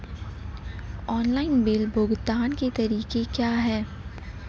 Online bill भुगतान के तरीके क्या हैं?